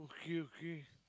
okay okay